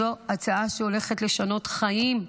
זו הצעה שהולכת לשנות חיים.